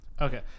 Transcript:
okay